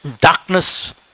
Darkness